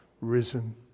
risen